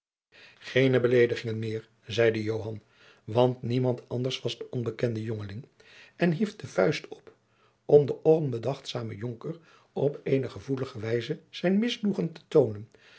geene beledigingen meer zeide joan want niemand anders was de onbekende jongeling en hief de vuist op om den onbedachtzamen jonker op eene gevoelige wijze zijn misnoegen te toonen